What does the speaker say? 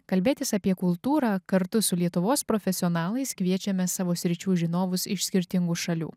kalbėtis apie kultūrą kartu su lietuvos profesionalais kviečiame savo sričių žinovus iš skirtingų šalių